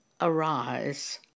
arise